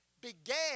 began